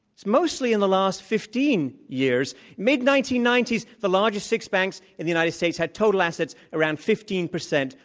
it's mostly in the last fifteen years. mid nineteen ninety s, the largest six banks in the united states had total assets around fifteen percent,